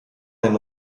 eine